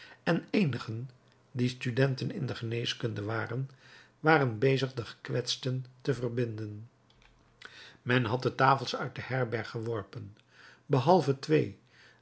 en eenigen die studenten in de geneeskunde waren waren bezig de gekwetsten te verbinden men had de tafels uit de herberg geworpen behalve twee